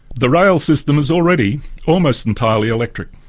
the rail system is already almost entirely electric.